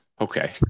okay